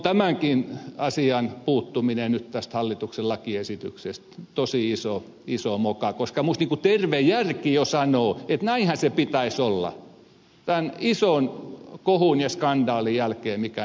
tämänkin asian puuttuminen tästä hallituksen lakiesityksestä on tosi iso moka koska minusta terve järki jo sanoo että näinhän sen pitäisi olla tämän ison kohun ja skandaalin jälkeen mikä tapahtui